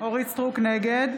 נגד